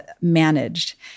managed